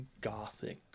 gothic